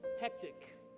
hectic